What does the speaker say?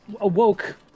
awoke